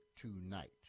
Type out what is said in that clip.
tonight